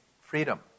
freedom